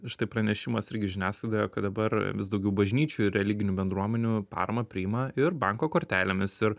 štai pranešimas irgi žiniasklaidoje kad dabar vis daugiau bažnyčių ir religinių bendruomenių paramą priima ir banko kortelėmis ir